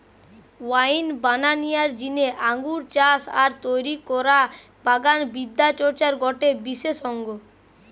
wine বানানিয়ার জিনে আঙ্গুর চাষ আর তৈরি করা বাগান বিদ্যা চর্চার গটে বিশেষ অঙ্গ